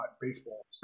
baseball